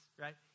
right